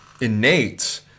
innate